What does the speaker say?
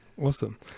awesome